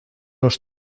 los